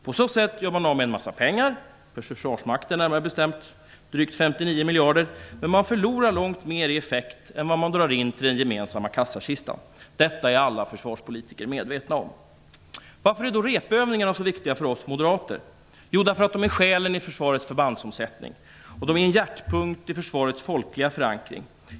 På så sätt gör man av med en massa pengar, för försvarsmakten närmare bestämt drygt 59 miljarder, men man förlorar långt mer i effekt än vad man drar in till den gemensamma kassakistan. Detta är alla försvarspolitiker medvetna om. Varför är då repövningarna så viktiga för oss moderater? Jo, därför att de är själen i försvarets förbandsomsättning och de är en hjärtpunkt i det folkliga försvarets förankring.